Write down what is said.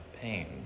pain